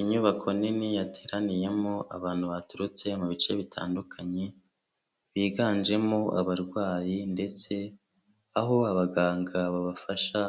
Inyubako nini yateraniyemo abantu baturutse mu bice bitandukanye, biganjemo abarwayi ndetse aho abaganga babafasha